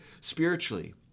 spiritually